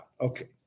Okay